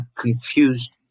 confused